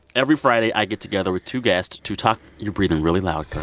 every friday, i get together with two guests to talk you're breathing really loud, kirk